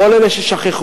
לכל אלה ששכחו,